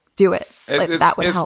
do it that way.